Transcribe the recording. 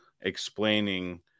explaining